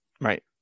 Right